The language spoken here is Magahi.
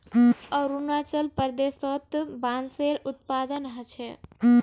अरुणाचल प्रदेशत बांसेर उत्पादन ह छेक